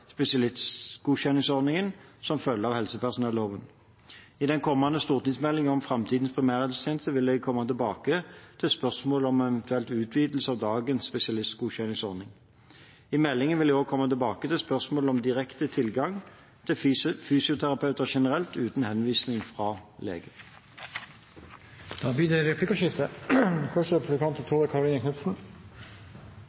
spesialistgodkjenningsordningen som følger av helsepersonelloven. I den kommende stortingsmeldingen om framtidens primærhelsetjeneste vil jeg komme tilbake til spørsmålet om en eventuell utvidelse av dagens spesialistgodkjenningsordning. I meldingen vil jeg også komme tilbake til spørsmålet om direkte tilgang til fysioterapeuter generelt uten henvisning fra lege. Det blir replikkordskifte. Helseministeren uttalte nettopp her det